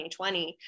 2020